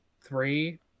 three